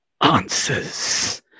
answers